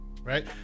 right